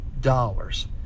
dollars